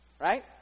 Right